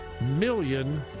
million